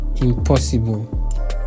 impossible